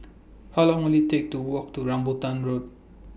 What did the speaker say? How Long Will IT Take to Walk to Rambutan Road